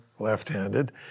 left-handed